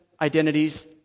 identities